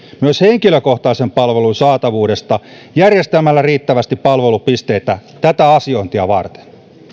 myös henkilökohtaisen palvelun saatavuudesta järjestämällä riittävästi palvelupisteitä tätä asiointia varten